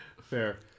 fair